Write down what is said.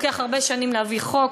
לוקח הרבה שנים להביא חוק.